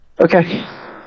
Okay